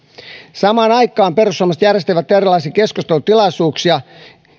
samaan aikaan perussuomalaiset järjestivät erilaisia keskustelutilaisuuksia